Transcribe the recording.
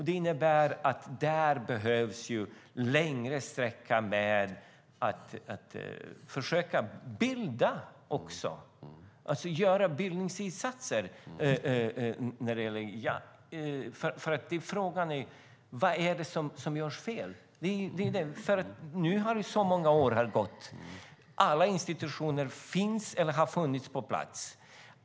Där behövs också bildningsinsatser. Frågan är ju vad det är som görs fel. Det har gått många år, och alla institutioner finns eller har funnits på plats.